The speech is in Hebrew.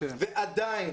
ועדיין